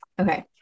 Okay